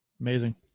Amazing